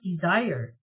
desire